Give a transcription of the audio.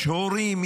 יש הורים,